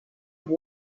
have